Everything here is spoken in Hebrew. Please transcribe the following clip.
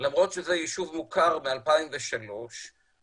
למרות שזה יישוב מוכר מ-2003 ולמרות